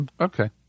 Okay